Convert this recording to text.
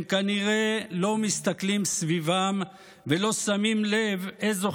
הם כנראה לא מסתכלים סביבם ולא שמים לב איזו